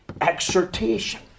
exhortation